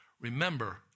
remember